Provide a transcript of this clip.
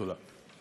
תודה.